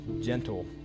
gentle